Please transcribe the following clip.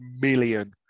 million